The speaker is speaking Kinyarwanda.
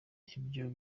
ibyo